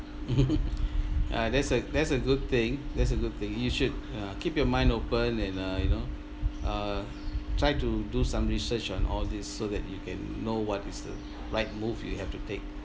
uh that's a that's a good thing that's a good thing you should uh keep your mind open and uh you know uh try to do some research on all this so that you can know what is the right move you have to take